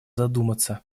задуматься